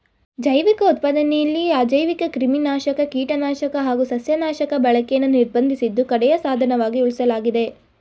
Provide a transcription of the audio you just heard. ಜೈವಿಕ ಉತ್ಪಾದನೆಲಿ ಅಜೈವಿಕಕ್ರಿಮಿನಾಶಕ ಕೀಟನಾಶಕ ಹಾಗು ಸಸ್ಯನಾಶಕ ಬಳಕೆನ ನಿರ್ಬಂಧಿಸಿದ್ದು ಕಡೆಯ ಸಾಧನವಾಗಿ ಉಳಿಸಲಾಗಿದೆ